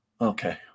Okay